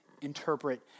interpret